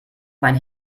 mein